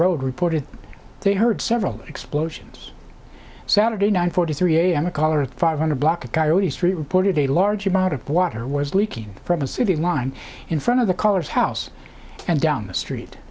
road reported they heard several explosions saturday nine forty three am a caller at five hundred block of coyote street reported a large amount of water was leaking from a sitting line in front of the colors house and down the street